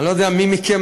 אני לא יודע מי מכם,